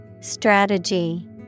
Strategy